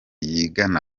yigana